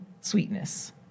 sweetness